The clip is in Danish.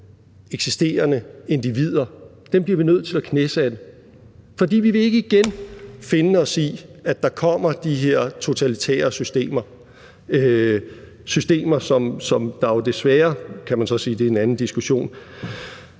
eksisterende individer, bliver vi nødt til at knæsætte. For vi vil ikke igen finde os i, at der kommer de her totalitære systemer, som desværre – det kan man så sige er en anden diskussion